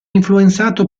influenzato